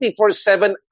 24-7